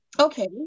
Okay